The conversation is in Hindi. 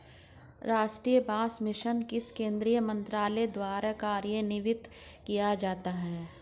राष्ट्रीय बांस मिशन किस केंद्रीय मंत्रालय द्वारा कार्यान्वित किया जाता है?